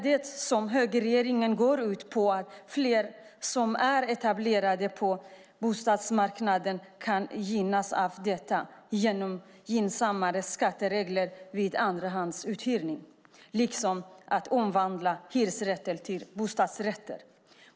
Det som högerpolitiken går ut på är att fler som är etablerade på bostadsmarknaden ska kunna gynnas av gynnsammare skatteregler vid andrahandsuthyrning liksom vid omvandling av hyresrätter till bostadsrätter.